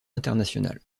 international